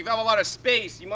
got a lot of space, you know